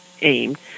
aimed